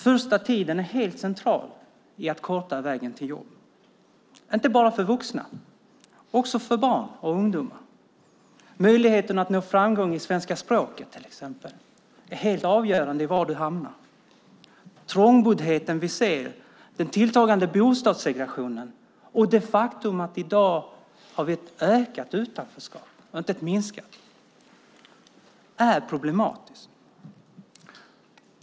Första tiden är helt central när det gäller att korta vägen till jobb och då inte bara för vuxna utan också för barn och ungdomar. För möjligheten att nå framgång i svenska språket till exempel är det helt avgörande var du hamnar. Den trångboddhet vi ser och den tilltagande bostadssegregationen men också det faktum att vi i dag har ett ökat, inte ett minskat, utanförskap är problematiskt.